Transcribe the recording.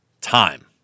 time